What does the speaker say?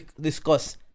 discuss